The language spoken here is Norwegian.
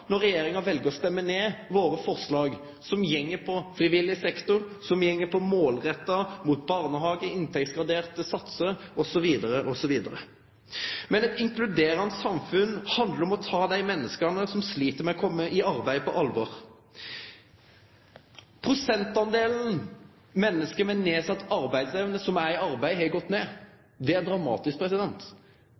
når regjeringspartia vel å stemme ned våre forslag som går på frivillig sektor, som er målretta mot barnehagar, inntektsgraderte satsar osv. Eit inkluderande samfunn handlar om å ta dei menneska som slit med å kome i arbeid, på alvor. Prosentdelen menneske med nedsett arbeidsevne som er i arbeid, har gått ned. Det er dramatisk.